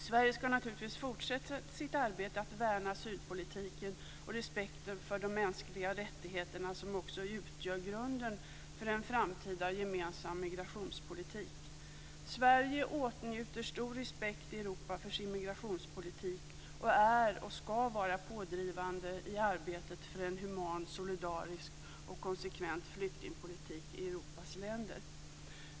Sverige ska naturligtvis fortsätta sitt arbete med att värna asylpolitiken och respekten för de mänskliga rättigheterna som också utgör grunden för en framtida gemensam migrationspolitik. Sverige åtnjuter stor respekt i Europa för sin migrationspolitik och är och ska vara pådrivande i arbetet för en human, solidarisk och konsekvent flyktingpolitik i Europas länder.